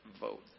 vote